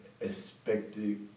expected